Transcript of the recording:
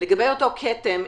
לגבי אותו כתם,